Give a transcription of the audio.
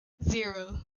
zero